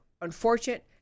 unfortunate